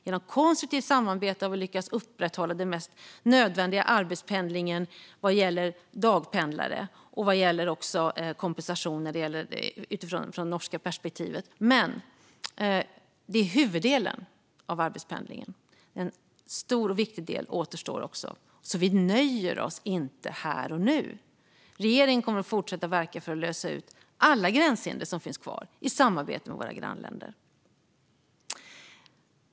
Genom konstruktivt samarbete har vi lyckats upprätthålla den mest nödvändiga arbetspendlingen vad gäller dagpendlare och det som gäller kompensation från det norska perspektivet. Men detta är huvuddelen av arbetspendlingen. En stor och viktig del återstår också, så vi nöjer oss inte här och nu. Regeringen kommer att fortsätta att verka för att undanröja alla gränshinder som finns kvar i samarbete med våra grannländer.